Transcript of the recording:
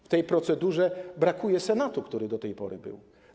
W tej procedurze brakuje Senatu, który do tej pory tu był.